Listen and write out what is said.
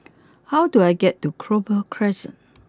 how do I get to Clover Crescent